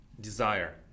desire